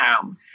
home